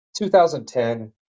2010